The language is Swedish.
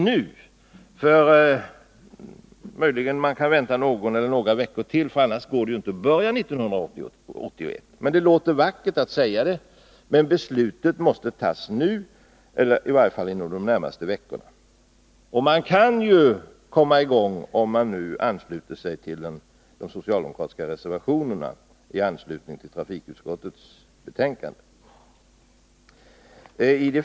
Man kan möjligen vänta någon eller några veckor till. Det låter vackert att säga att man skall börja 1981, men beslutet måste alltså tas nu — eller i varje fall inom de närmaste veckorna. Och man kan ju komma i gång om man ansluter sig till de socialdemokratiska reservationerna fogade till trafikutskottets betänkande.